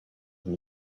from